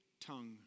tongue